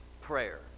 prayer